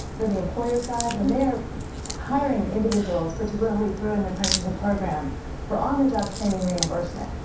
for the employer's side, when they are hiring individuals, particularly through an apprenticeship program for on the job training reimbursement,